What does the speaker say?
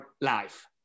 life